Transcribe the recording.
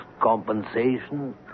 compensation